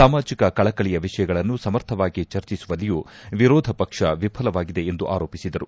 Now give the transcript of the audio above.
ಸಾಮಾಜಿಕ ಕಳಕಳಯ ವಿಷಯಗಳನ್ನು ಸಮರ್ಥವಾಗಿ ಚರ್ಚಿಸುವಲ್ಲಿಯೂ ವಿರೋಧ ಪಕ್ಷ ವಿಫಲವಾಗಿದೆ ಎಂದು ಆರೋಪಿಸಿದರು